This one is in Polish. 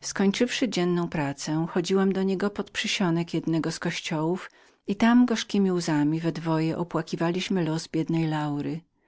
skończywszy dzienną pracę chodziłam do niego pod przysionek jednego kościoła i tam gorzkiemi łzami we dwoje opłakiwaliśmy los biednej laury